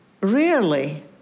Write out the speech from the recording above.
rarely